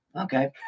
Okay